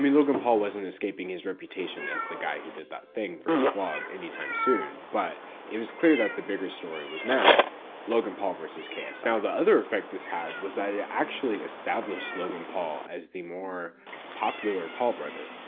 logan paul wasn't escaping his reputation as the guy who did that thing for his vlog anytime soon, but it was clear that the bigger story was now logan paul versus ksi. so now, the other effect this had was that it actually established logan paul as the more popular paul brother.